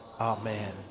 Amen